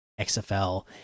XFL